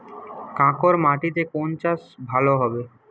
কাঁকর মাটিতে কোন চাষ ভালো হবে?